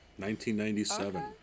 1997